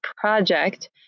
project